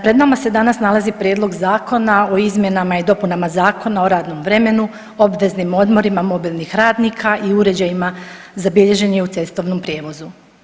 Pred nama se danas nalazi Prijedlog zakona o izmjenama i dopunama Zakona o radnom vremenu, obveznim odmorima mobilnih radnika i uređajima za bilježenje u cestovnom prijevozu.